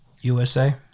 usa